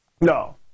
No